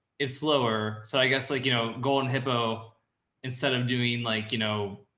it's slower. so i guess like, you know, golden hippo instead of doing like, you know,